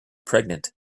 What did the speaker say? pregnant